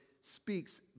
speaks